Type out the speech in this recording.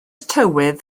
tywydd